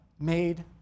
made